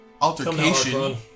altercation